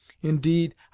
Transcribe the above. Indeed